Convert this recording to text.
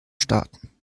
starten